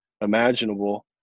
imaginable